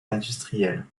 industriel